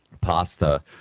Pasta